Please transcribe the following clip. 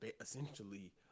essentially